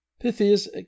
Pythias